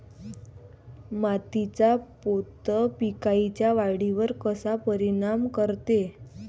मातीचा पोत पिकाईच्या वाढीवर कसा परिनाम करते?